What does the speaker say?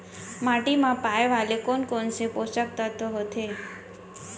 माटी मा पाए वाले कोन कोन से पोसक तत्व होथे?